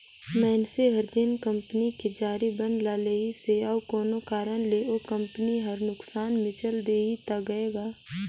मइनसे हर जेन कंपनी के जारी बांड ल लेहिसे अउ कोनो कारन ले ओ कंपनी हर नुकसान मे चल देहि त गय गा